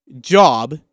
job